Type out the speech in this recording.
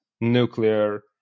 nuclear